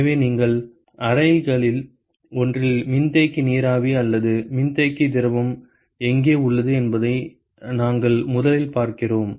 எனவே நீங்கள் அறைகளில் ஒன்றில் மின்தேக்கி நீராவி அல்லது மின்தேக்கி திரவம் எங்கே உள்ளது என்பதை நாங்கள் முதலில் பார்க்கிறோம்